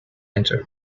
enter